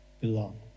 belong